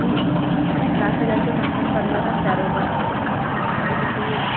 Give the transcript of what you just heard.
ma'am सात हजार कम से कम कर लो न चारों का